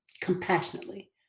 compassionately